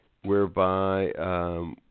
whereby